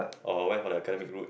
or went for the academic route